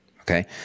okay